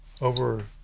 over